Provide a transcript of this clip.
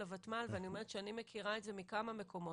הוותמ"ל ואני אומרת שאני מכירה את זה מכמה מקומות,